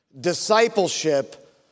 Discipleship